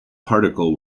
particle